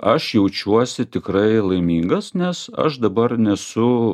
aš jaučiuosi tikrai laimingas nes aš dabar nesu